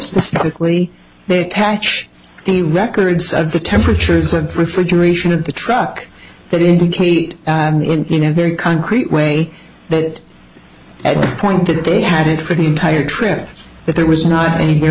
specifically they attach the records of the temperatures and refrigeration of the truck that indicate you know very concrete way that at the point that they had it for the entire trip that there was not anywhere